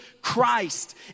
Christ